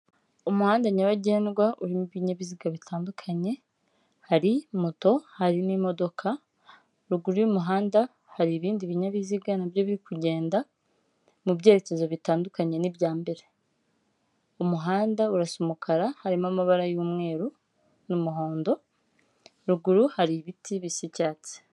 Umuhanda nyabagendwa urimo ibinyabiziga bitandukanye, hari moto, hari n'imodoka, ruguru y'umuhanda hari ibindi binyabiziga nabyo biri kugenda mu byerekezo bitandukanye n'ibya mbere, umuhanda urasa umukara harimo amabara y'umweru n'umuhondo, ruguru hari ibiti bisa icyatsi.